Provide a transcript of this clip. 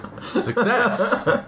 Success